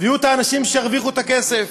ויהיו האנשים שירוויחו את הכסף.